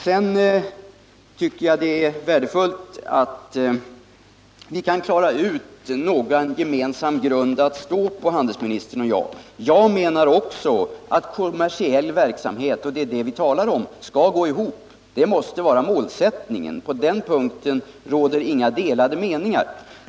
Jag tycker det är värdefullt att handelsministern och jag kan komma fram till en gemensam grund att stå på. Jag menar också att kommersiell Nr 36 verksamhet — och det är det vi talar om — skall gå ihop. Det måste vara målsättningen. På den punkten råder inga delade meningar.